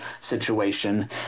situation